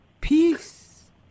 peace